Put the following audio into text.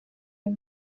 uyu